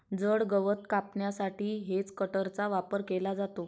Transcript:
जड गवत कापण्यासाठी हेजकटरचा वापर केला जातो